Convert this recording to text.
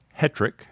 Hetrick